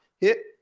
hit